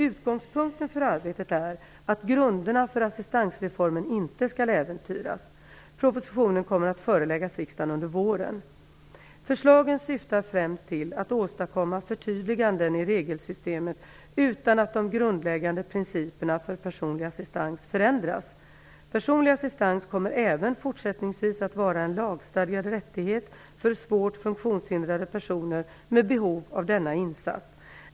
Utgångspunkten för arbetet är att grunderna för assistansreformen inte skall äventyras. Propositionen kommer att föreläggas riksdagen under våren. Förslagen syftar främst till att åstadkomma förtydliganden i regelsystemet utan att de grundläggande principerna för personlig assistans förändras. Personlig assistans kommer även fortsättningsvis att vara en lagstadgad rättighet för svårt funktionshindrade personer med behov av denna insats.